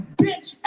bitch